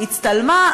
הצטלמה,